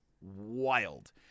wild